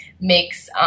makes